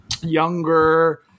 younger